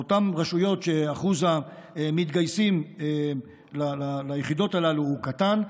באותן רשויות שאחוז המתגייסים ליחידות הללו הוא קטן.